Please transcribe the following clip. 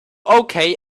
okay